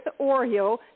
Oreo